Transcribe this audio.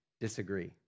disagree